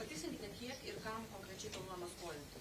patikslinkite kiek ir kam konkrečiai planuojama skolintis